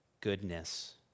goodness